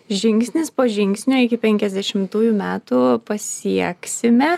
žingsnis po žingsnio iki penkiasdešimtųjų metų pasieksime